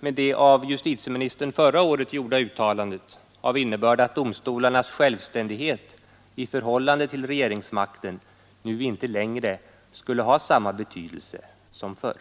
med ett av justitieministern förra året gjort uttalande av innebörd att domstolarnas självständighet i förhållande till regeringsmakten nu inte har samma betydelse som förr.